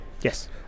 Yes